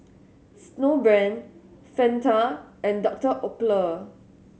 Snowbrand Fanta and Doctor Oetker